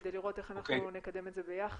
כדי לראות איך אנחנו נקדם את זה ביחד.